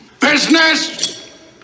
Business